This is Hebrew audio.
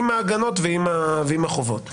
עם ההגנות ועם החובות.